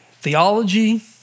theology